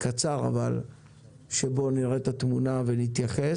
דיון קצר שבו נראה את התמונה ונתייחס.